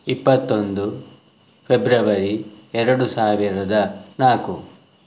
ಇಪ್ಪತ್ತೊಂದು ಫೆಬ್ರವರಿ ಎರಡು ಸಾವಿರದ ನಾಲ್ಕು